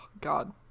God